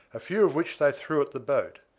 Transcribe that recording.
a few of which they threw at the boat,